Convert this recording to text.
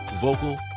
vocal